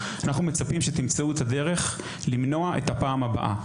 אנחנו מצפים שתימצאו את הדרך למנוע את הפעם הבאה.